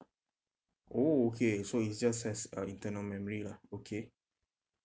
oh okay so it's just has uh internal memory lah okay